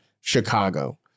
Chicago